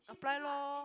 apply lor